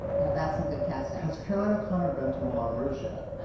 now that's some good casting. has caroline o'connor been to moulin rouge, yet?